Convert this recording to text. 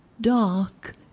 dark